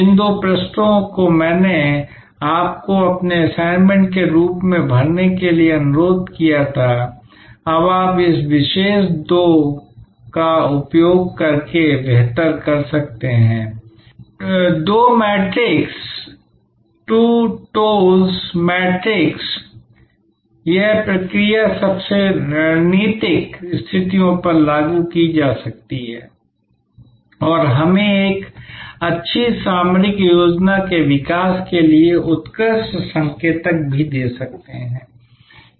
जिन दो पृष्ठों को मैंने आपको अपने असाइनमेंट के रूप में भरने के लिए अनुरोध किया था अब आप इस विशेष 2 का उपयोग करके बेहतर कर सकते हैं 2 मैट्रिक्स 2 TOWS मैट्रिक्स यह प्रक्रिया सबसे रणनीतिक स्थितियों पर लागू की जा सकती है और हमें एक अच्छी सामरिक योजना के विकास के लिए उत्कृष्ट संकेतक भी दे सकते हैं